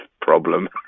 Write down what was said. problem